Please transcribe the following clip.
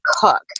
cook